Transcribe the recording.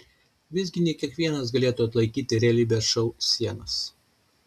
visgi ne kiekvienas galėtų atlaikyti realybės šou sienas